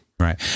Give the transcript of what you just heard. Right